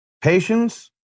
Patience